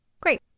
Great